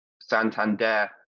Santander